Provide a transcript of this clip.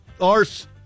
arse